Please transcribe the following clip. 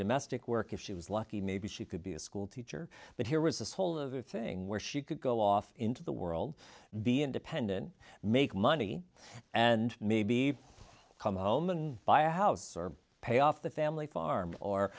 domestic work if she was lucky maybe she could be a schoolteacher but here was this whole other thing where she could go off into the world be independent make money and maybe come home and buy a house or pay off the family farm or